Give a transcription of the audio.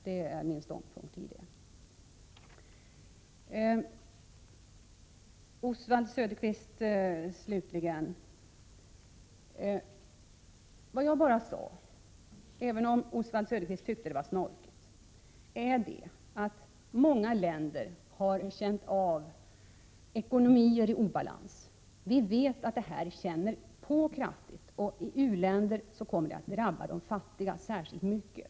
Slutligen vill jag vända mig till Oswald Söderqvist. Jag sade att många länder har känt av ekonomier i obalans. Det kan hända att Oswald Söderqvist tyckte att jag var snorkig. Vi vet att man känner av detta, och i u-länder kommer dessa obalanser att drabba de fattiga särskilt mycket.